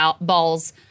balls